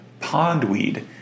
pondweed